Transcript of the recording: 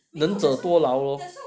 能者多劳咯